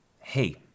hey